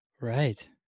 right